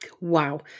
wow